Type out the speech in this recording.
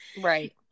right